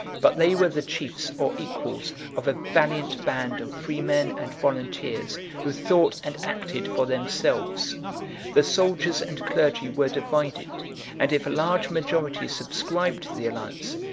but they were the chiefs or equals of a valiant band of freemen and volunteers, who thought and acted for themselves the soldiers and clergy were divided and, if a large majority subscribed to the alliance,